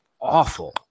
awful